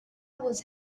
was